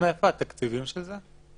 מאיפה התקציבים של זה?